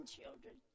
children